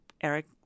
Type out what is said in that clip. Eric